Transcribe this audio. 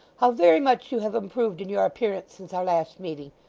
how very much you have improved in your appearance since our last meeting!